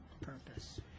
purpose